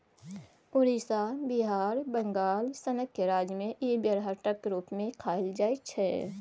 उड़ीसा, बिहार, बंगाल सनक राज्य मे इ बेरहटक रुप मे खाएल जाइ छै